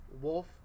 wolf